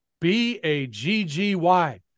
B-A-G-G-Y